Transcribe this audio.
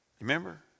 Remember